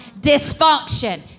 dysfunction